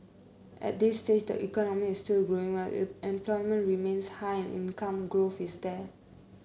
at this stage the economy is still growing well employment remains high and income growth is there